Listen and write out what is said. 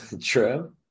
True